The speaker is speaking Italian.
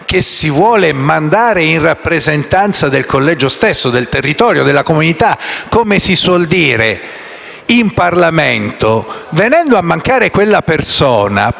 Grazie